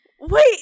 Wait